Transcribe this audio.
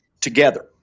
together